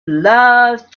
love